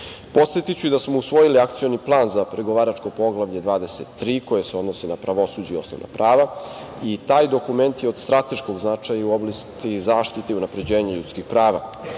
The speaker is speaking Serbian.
društvo. Podsetiću da smo usvojili Akcioni plan za pregovaračko Poglavlje 23, koje se odnosi na pravosuđe i osnovna prava i taj dokument je od strateškog značaja u oblasti zaštite i unapređenja ljudskih